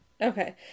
Okay